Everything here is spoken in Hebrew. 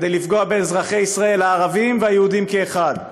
כדי לפגוע באזרחי ישראל הערבים והיהודים כאחד,